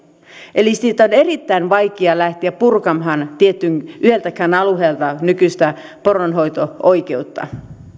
eli on erittäin vaikeaa lähteä purkamaan yhdeltäkään alueelta nykyistä poronhoito oikeutta